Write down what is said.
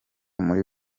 muri